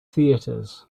theatres